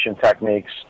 techniques